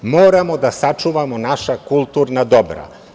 Moramo da sačuvamo naša kulturna dobra.